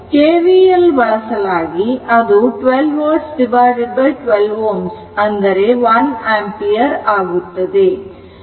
KVL ಬಳಸಲಾಗಿ ಅದು 12 volt12 Ω 1 ampere ಆಗುತ್ತದೆ